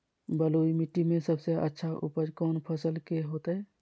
बलुई मिट्टी में सबसे अच्छा उपज कौन फसल के होतय?